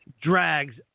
drags